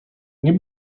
nie